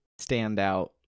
standout